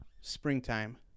springtime